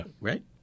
right